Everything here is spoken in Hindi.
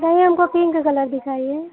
वही हमको पिन्क कलर दिखाइए